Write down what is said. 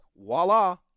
voila